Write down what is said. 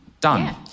Done